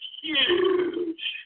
huge